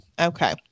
Okay